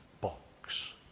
box